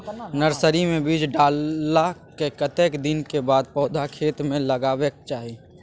Nursery मे बीज डाललाक कतेक दिन के बाद पौधा खेत मे लगाबैक चाही?